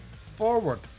forward